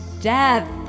Death